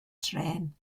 trên